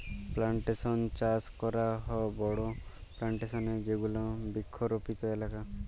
plantation চাস করাক হ বড়ো প্লানটেশন এ যেগুলা বৃক্ষরোপিত এলাকা